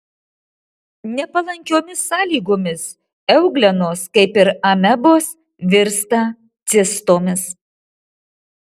nepalankiomis sąlygomis euglenos kaip ir amebos virsta cistomis